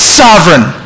sovereign